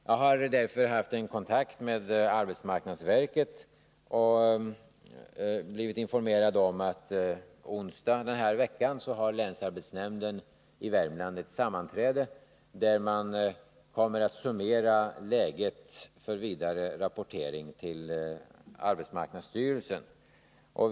Jag har därför varit i kontakt med arbetsmarknadsverket och därvid informerats om att länsarbetsnämnden i Värmland på onsdag i denna vecka har ett sammanträde där läget kommer att summeras för vidare rapportering till arbetsmarknadsstyrelsen.